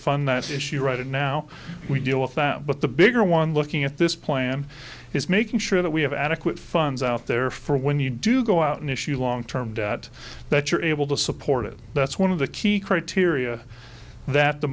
fund that issue right now we deal with that but the bigger one looking at this plan is making sure that we have adequate funds out there for when you do go out an issue long term debt that you're able to support it that's one of the key criteria that the